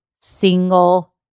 single